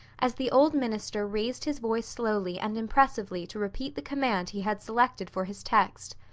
as the old minister raised his voice slowly and impressively to repeat the command he had selected for his text.